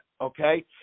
okay